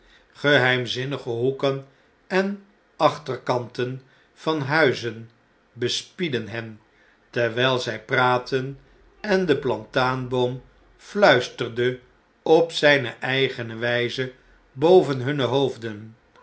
geheimzinnige hoeken en achterkanten van huizen bespiedden hen terwyi zy praatten en de plataanboom fluisterde op zijne eigene wjjze boven hunne hoofden